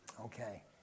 Okay